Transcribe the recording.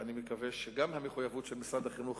ואני מקווה שגם המחויבות של משרד החינוך